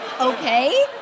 Okay